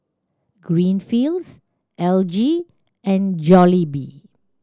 Greenfields L G and Jollibee